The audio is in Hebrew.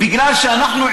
אנחנו,